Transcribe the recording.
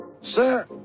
Sir